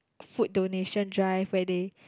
food donation drive where they